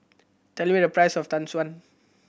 tell me the price of Tau Suan